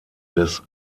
des